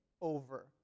over